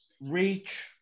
reach